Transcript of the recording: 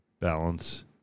balance